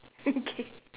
okay